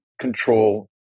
control